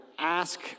ask